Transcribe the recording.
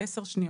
עשר שניות.